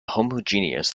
homogeneous